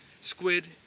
squid